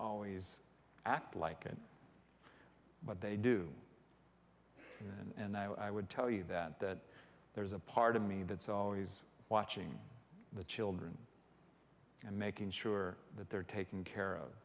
always act like it but they do and i would tell you that that there's a part of me that's always watching the children and making sure that they're taking care of